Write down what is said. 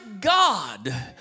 God